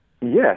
Yes